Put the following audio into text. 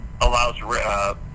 allows